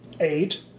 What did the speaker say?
eight